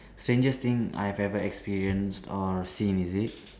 strangest thing I have ever experienced or seen is it